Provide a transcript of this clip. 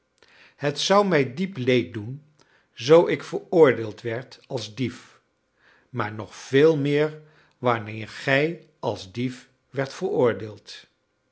het zou mij diep leed doen zoo ik veroordeeld werd als dief maar nog veel meer wanneer gij als dief werdt veroordeeld